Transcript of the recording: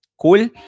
Cool